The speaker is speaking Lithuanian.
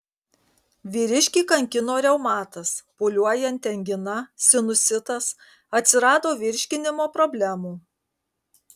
vyriškį kankino reumatas pūliuojanti angina sinusitas atsirado virškinimo problemų